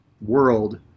world